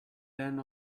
ran